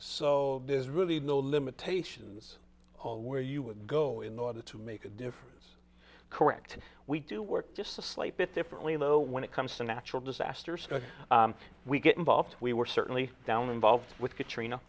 so there's really no limitations where you would go in order to make a difference correct we do work just a slight bit differently though when it comes to natural disasters we get involved we were certainly sound involved with katrina